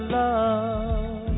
love